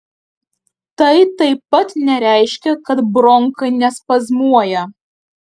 tai taip pat nereiškia kad bronchai nespazmuoja